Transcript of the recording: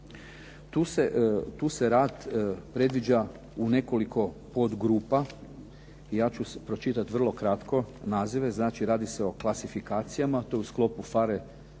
Tu se rad predviđa u nekoliko podgrupa i ja ću pročitat vrlo kratko nazive. Znači, radi se o klasifikacijama, to je u sklopu PHARE programa